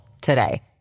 today